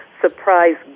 surprise